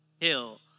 hill